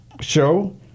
show